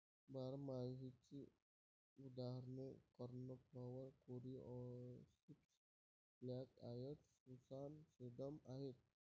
बारमाहीची उदाहरणे cornflower, coreopsis, black eyed Susan, sedum आहेत